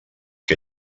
que